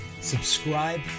subscribe